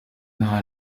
nta